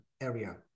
area